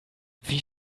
wie